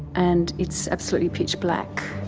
and it's absolutely pitch black.